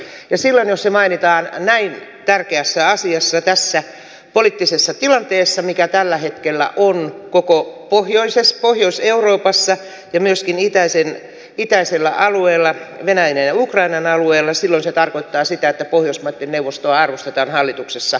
ja silloin jos se mainitaan näin tärkeässä asiassa tässä poliittisessa tilanteessa mikä tällä hetkellä on koko pohjois euroopassa ja myöskin itäisellä alueella venäjän ja ukrainan alueella se tarkoittaa sitä että pohjoismaitten neuvostoa arvostetaan hallituksessa erittäin korkealle